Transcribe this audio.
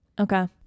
Okay